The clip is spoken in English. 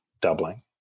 doubling